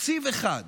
תקציב אחד,